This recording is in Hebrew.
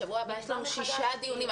בשבוע הבא יש לנו שישה דיונים,